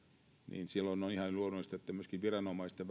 silloin on ihan luonnollista että myöskin viranomaisten